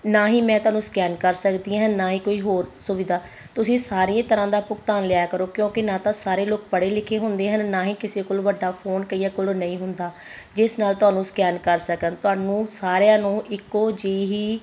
ਨਾ ਹੀ ਮੈਂ ਤੁਹਾਨੂੰ ਸਕੈਨ ਕਰ ਸਕਦੀ ਹਾਂ ਨਾ ਹੀ ਕੋਈ ਹੋਰ ਸੁਵਿਧਾ ਤੁਸੀਂ ਸਾਰੇ ਹੀ ਤਰ੍ਹਾਂ ਦਾ ਭੁਗਤਾਨ ਲਿਆ ਕਰੋ ਕਿਉਂਕਿ ਨਾ ਤਾਂ ਸਾਰੇ ਲੋਕ ਪੜ੍ਹੇ ਲਿਖੇ ਹੁੰਦੇ ਹਨ ਨਾ ਹੀ ਕਿਸੇ ਕੋਲ ਵੱਡਾ ਫੋਨ ਕਈਆਂ ਕੋਲ ਨਹੀਂ ਹੁੰਦਾ ਜਿਸ ਨਾਲ ਤੁਹਾਨੂੰ ਸਕੈਨ ਕਰ ਸਕਣ ਤੁਹਾਨੂੰ ਸਾਰਿਆਂ ਨੂੰ ਇੱਕੋ ਜਿਹੀ